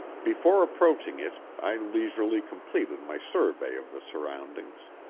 before approaching it i leisurely completed my survey of the surroundings.